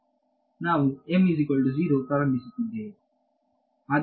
ನಾನು ಪ್ರಾರಂಭಿಸುತ್ತಿದ್ದೇನೆ